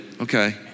okay